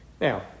Now